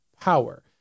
power